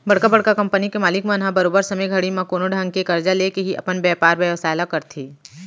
बड़का बड़का कंपनी के मालिक मन ह बरोबर समे घड़ी म कोनो ढंग के करजा लेके ही अपन बयपार बेवसाय ल करथे